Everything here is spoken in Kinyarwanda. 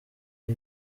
ari